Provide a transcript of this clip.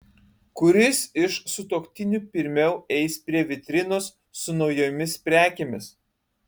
kuris iš sutuoktinių pirmiau eis prie vitrinos su naujomis prekėmis